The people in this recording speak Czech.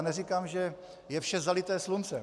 Neříkám, že je vše zalité sluncem.